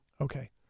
Okay